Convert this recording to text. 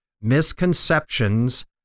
misconceptions